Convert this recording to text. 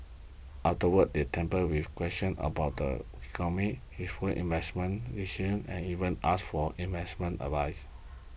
afterwards they with questions about the economy his worse investment decision and even asked for investment advice